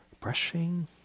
brushing